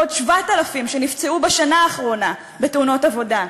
ועוד 7,000 שנפצעו בשנה האחרונה בתאונות עבודה.